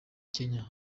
kenya